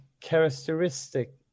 characteristic